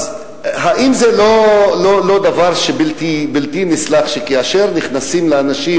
האם זה לא דבר בלתי נסלח, כאשר נכנסים לאנשים,